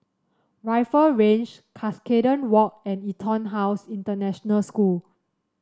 Rifle Range Cuscaden Walk and EtonHouse International School